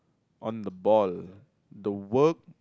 on the ball the work